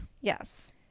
Yes